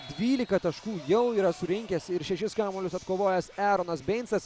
dvylika taškų jau yra surinkęs ir šešis kamuolius atkovojęs eronas beincas